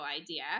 idea